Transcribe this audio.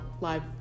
live